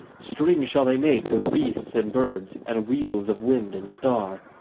strings shall they make of beasts and birds, and wheels of wind and star.